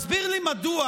הסבר לי מדוע